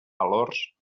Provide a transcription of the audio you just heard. valors